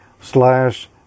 slash